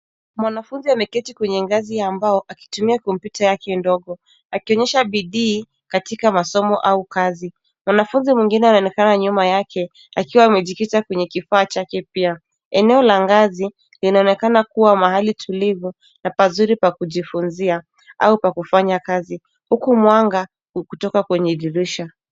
Mwanafunzi ameketi kwenye ngazi ya mbao akitumia kompyuta yake ndogo akionyesha bidii katika masomo au kazi. Mwanafunzi mwingine anaonekana nyuma yake akiwa amejikita kwenye kifaa chake pia. Eneo la ngazi linaonekana kuwa mahali tulivu na pazuri pa kujifunzia au pa kufanya kazi huku mwanga ukitoka kwenye dirisha.